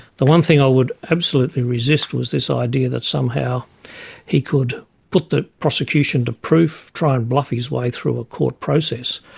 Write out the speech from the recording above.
the one thing i would absolutely resist was this idea that somehow he could put the prosecution to proof, try and bluff his way through a court process.